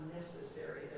necessary